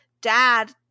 dad